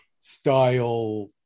style